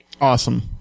Awesome